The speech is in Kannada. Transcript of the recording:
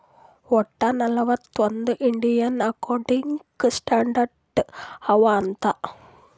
ವಟ್ಟ ನಲ್ವತ್ ಒಂದ್ ಇಂಡಿಯನ್ ಅಕೌಂಟಿಂಗ್ ಸ್ಟ್ಯಾಂಡರ್ಡ್ ಅವಾ ಅಂತ್